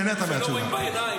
נהנית מהתשובה.